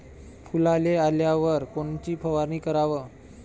फुलाले आल्यावर कोनची फवारनी कराव?